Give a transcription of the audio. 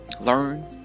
Learn